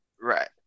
Right